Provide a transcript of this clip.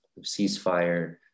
ceasefire